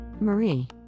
Marie